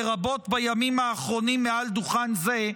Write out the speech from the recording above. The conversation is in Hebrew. לרבות בימים האחרונים מעל דוכן זה,